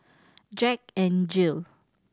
Jack N Jill